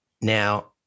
Now